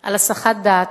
על הסחת דעת.